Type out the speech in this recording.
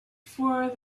for